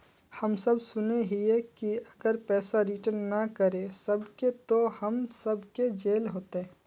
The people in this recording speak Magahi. हम सब सुनैय हिये की अगर पैसा रिटर्न ना करे सकबे तो हम सब के जेल होते?